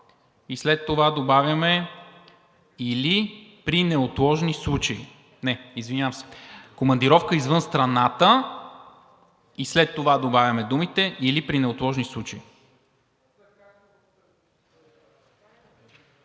и след това добавяме „или при неотложни случаи“. Не, извинявам се, „командировка извън страната“ и след това добавяме думите „или при неотложни случаи“.